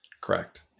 Correct